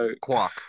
Quack